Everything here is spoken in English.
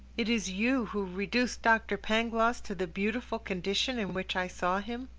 it is you who reduced doctor pangloss to the beautiful condition in which i saw him?